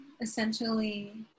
essentially